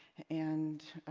and,